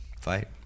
fight